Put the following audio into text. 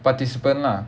participant lah